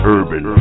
Urban